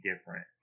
different